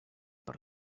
per